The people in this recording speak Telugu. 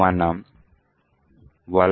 మనము vuln